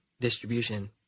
distribution